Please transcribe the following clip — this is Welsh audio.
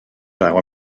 draw